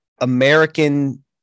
american